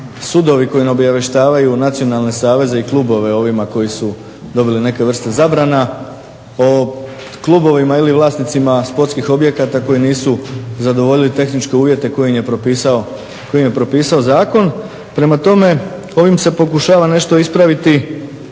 sudovi koji ne obavještavaju nacionalne saveze i klubove ovima koji su dobili neke vrste zabrana, o klubovima ili vlasnicima sportskih objekata koji nisu zadovoljili tehničke uvjete koje im je propisao zakon. Prema tome ovim se pokušava nešto ispraviti,